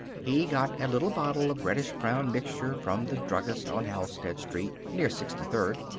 he got a little bottle of reddish-brown mixture from the druggist on halstead street near sixty-third.